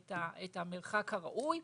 את המרחק הראוי,